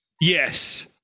Yes